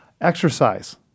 exercise